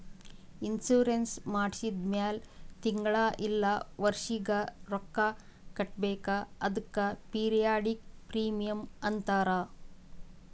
insurance ಮಾಡ್ಸಿದ ಮ್ಯಾಲ್ ತಿಂಗಳಾ ಇಲ್ಲ ವರ್ಷಿಗ ರೊಕ್ಕಾ ಕಟ್ಬೇಕ್ ಅದ್ಕೆ ಪಿರಿಯಾಡಿಕ್ ಪ್ರೀಮಿಯಂ ಅಂತಾರ್